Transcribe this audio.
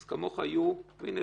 אז כמוך יהיו הנה,